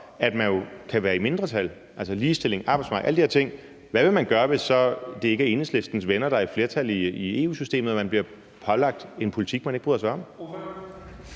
at man jo kan være i mindretal, altså i forhold til ligestillingen, arbejdsmarkedet og alle de her ting. Hvad vil man så gøre, hvis det ikke er Enhedslistens venner, der er i flertal i EU-systemet, og man bliver pålagt en politik, som man ikke bryder sig om?